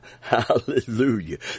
Hallelujah